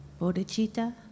bodhicitta